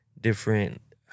different